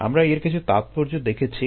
আমরা এর কিছু তাৎপর্য দেখেছি